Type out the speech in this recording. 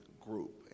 group